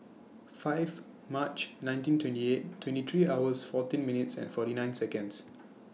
five March nineteen twenty eight twenty three hours fourteen minutes and forty nine Seconds